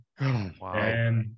Wow